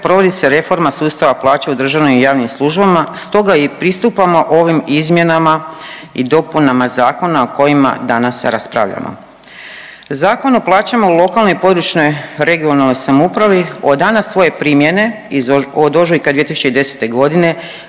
provodi se reforma sustava plaća u državnim i javnim službama, stoga i pristupamo ovim izmjenama i dopunama zakona o kojima danas raspravljamo. Zakon o plaćama u lokalnoj i područnog (regionalnoj) samoupravi o dana svoje primjene od ožujka 2010. g. nije